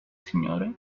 signore